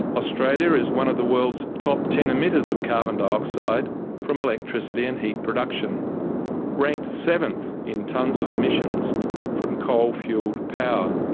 australia is one of the world's top ten emitters of carbon dioxide from electricity and heat production ranked seventh in tonnes of emissions from coal fueled power.